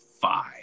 five